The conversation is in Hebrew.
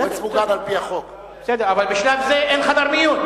אבל בשלב זה אין חדר מיון.